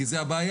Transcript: כי זו ה-בעיה,